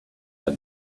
are